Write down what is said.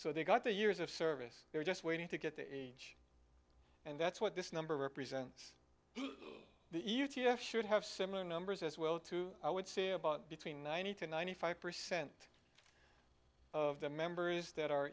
so they got two years of service there just waiting to get the age and that's what this number represents the e t f should have similar numbers as well i would say about between ninety to ninety five percent of the members that are